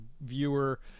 viewer